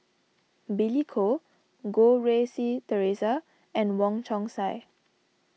Billy Koh Goh Rui Si theresa and Wong Chong Sai